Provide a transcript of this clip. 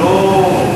הוא לא חד-משמעי.